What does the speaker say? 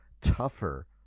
tougher